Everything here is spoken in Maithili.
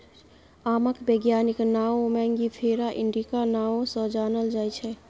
आमक बैज्ञानिक नाओ मैंगिफेरा इंडिका नाओ सँ जानल जाइ छै